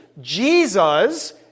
Jesus